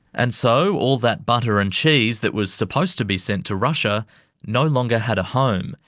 and so all that butter and cheese that was supposed to be sent to russia no longer had a home,